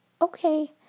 okay